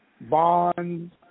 bonds